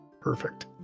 Perfect